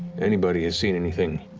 anybody has seen anything